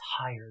tired